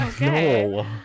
No